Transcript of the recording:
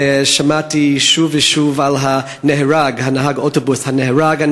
ושמעתי שוב ושוב על נהג האוטובוס "הנהרג",